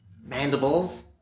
mandibles